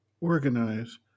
organize